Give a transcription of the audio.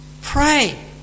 Pray